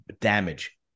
damage